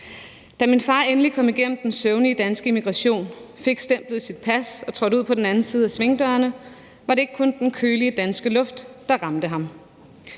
Da min far endelig kom igennem den søvnige danske immigration, fik stemplet i sit pas og trådte ud på den anden side af svingdørene, var det ikke kun den kølige danske luft, der ramte ham;